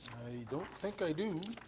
don't think i do.